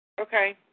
Okay